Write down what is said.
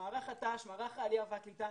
למערך הת"ש, מערך העלייה והקליטה,